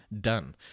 done